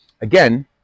Again